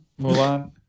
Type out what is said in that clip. Mulan